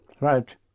Right